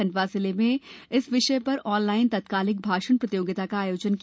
खंडवा जिले में इस विषय पर ऑनलाइन तत्कालिक भाषण प्रतियोगिता का आयोजन किया गया